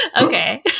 Okay